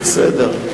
בסדר.